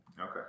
Okay